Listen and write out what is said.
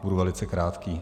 Budu velice krátký.